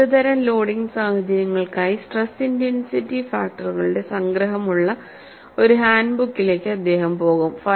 വിവിധതരം ലോഡിംഗ് സാഹചര്യങ്ങൾക്കായി stress intensity ഫാക്ടറുകളുടെ സംഗ്രഹം ഉള്ള ഒരു ഹാൻഡ് ബുക്കിലേക്ക് അദ്ദേഹം പോകും